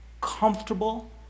comfortable